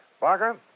Barker